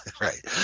Right